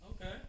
Okay